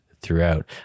throughout